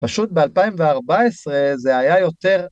פשוט ב-2014 זה היה יותר...